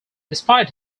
despite